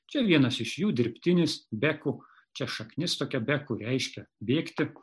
čia vienas iš jų dirbtinis beku čia šaknis tokia beku reiškia bėgti